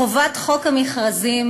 חוק חובת המכרזים